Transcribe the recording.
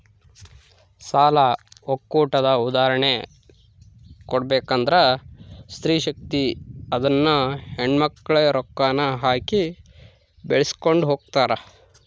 ಸಾಲ ಒಕ್ಕೂಟದ ಉದಾಹರ್ಣೆ ಕೊಡ್ಬಕಂದ್ರ ಸ್ತ್ರೀ ಶಕ್ತಿ ಅದುನ್ನ ಹೆಣ್ಮಕ್ಳೇ ರೊಕ್ಕಾನ ಹಾಕಿ ಬೆಳಿಸ್ಕೊಂಡು ಹೊಗ್ತಾರ